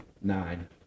nine